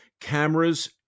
cameras